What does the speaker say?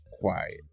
quiet